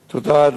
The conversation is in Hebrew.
תודה.